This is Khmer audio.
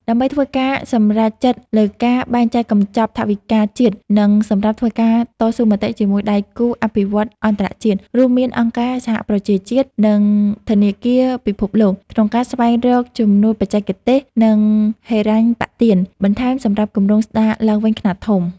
ដើម្បីធ្វើការសម្រេចចិត្តលើការបែងចែកកញ្ចប់ថវិកាជាតិ និងសម្រាប់ធ្វើការតស៊ូមតិជាមួយដៃគូអភិវឌ្ឍន៍អន្តរជាតិ រួមមានអង្គការសហប្រជាជាតិ និងធនាគារពិភពលោក ក្នុងការស្វែងរកជំនួយបច្ចេកទេស និងហិរញ្ញប្បទានបន្ថែមសម្រាប់គម្រោងស្តារឡើងវិញខ្នាតធំ។